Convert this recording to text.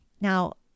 Now